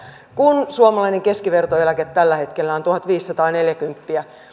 kun suomalainen keskivertoeläke tällä hetkellä on tuhatviisisataaneljäkymmentä euroa